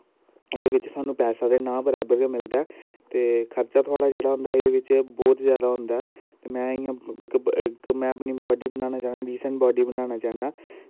एह्दे बिच्च थुहानू पैसा ते ना बराबर गै मिलदा ऐ ते खर्चा थुआढ़ा जेह्ड़ा होंदा ऐ बहुत जादा औंदा ऐ ते में इयां मतलव कि मैं अपनी बॉड्डी बनाना चाह्न्नां जिस्म बॉड्डी बनाना चाह्न्नां